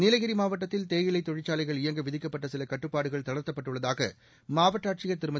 நீலகிரி மாவட்டத்தில் தேயிலை தொழிற்சாலைகள் இயங்க விதிக்கப்பட்ட சில கட்டுப்பாடுகள் தளா்த்தப்பட்டுள்ளதாக மாவட்ட ஆட்சியா் திருமதி